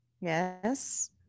Yes